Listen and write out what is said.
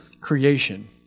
creation